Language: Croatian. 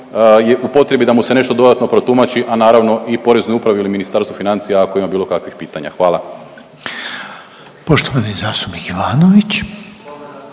u potrebi da mu se nešto dodatno protumači, a naravno i Poreznoj upravi ili Ministarstvu financija ako ima bilo kakvih pitanja, hvala. **Reiner,